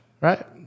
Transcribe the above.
right